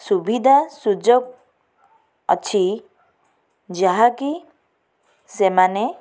ସୁବିଧା ସୁଯୋଗ ଅଛି ଯାହାକି ସେମାନେ